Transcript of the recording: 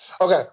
Okay